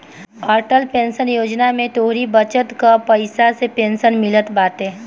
Atal pension योजना में तोहरी बचत कअ पईसा से पेंशन मिलत बाटे